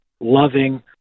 loving